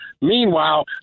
Meanwhile